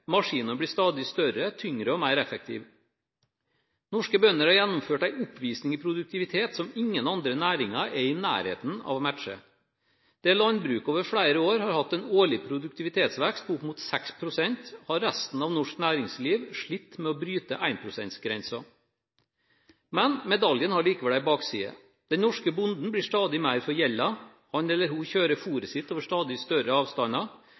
blir stadig større, tyngre og mer effektive. Norske bønder har gjennomført en oppvisning i produktivitet som ingen andre næringer er i nærheten av å matche. Der landbruket over flere år har hatt en årlig produktivitetsvekst på opp mot 6 pst., har resten av norsk næringsliv slitt med å bryte 1 pst.-grensen. Men medaljen har likevel en bakside: Den norske bonden blir stadig mer forgjeldet, han eller hun kjører fôret sitt over stadig større avstander,